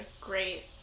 great